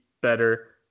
better